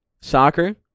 soccer